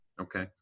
Okay